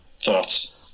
thoughts